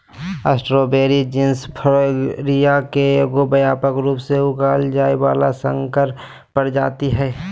strawberry genus Fragaria के एगो व्यापक रूप से उगाल जाय वला संकर प्रजाति हइ